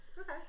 Okay